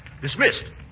dismissed